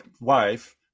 wife